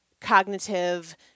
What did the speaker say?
cognitive